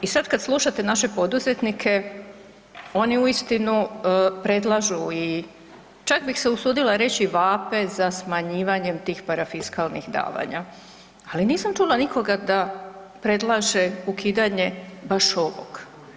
I sad kad slušate naše poduzetnike oni uistinu predlažu i čak bi se usudila reći vape za smanjivanjem tih parafiskalnih davanja, ali nisam čula nikoga da predlaže ukidanje baš ovog.